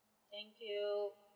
thank you